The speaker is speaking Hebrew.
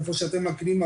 איפה שאתם מכירים,